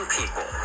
people